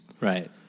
Right